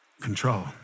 Control